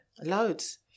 loads